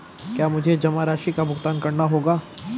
क्या मुझे जमा राशि का भुगतान करना होगा?